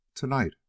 Tonight